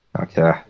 Okay